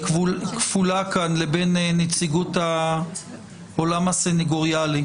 כפולה כאן לבין נציגות העולם הסניגוריאלי.